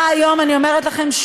אז